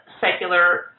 secular